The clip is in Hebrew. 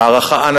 הערכה הדדית?